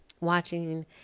Watching